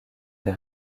des